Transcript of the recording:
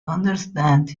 understand